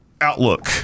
outlook